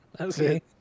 Okay